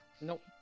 Nope